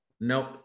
nope